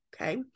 Okay